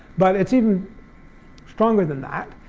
but it's even stronger than that.